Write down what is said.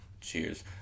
Cheers